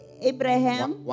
Abraham